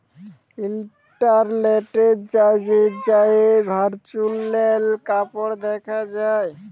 ইলটারলেটে যাঁয়ে virtual card দ্যাখা যায়